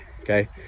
okay